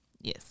Yes